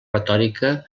retòrica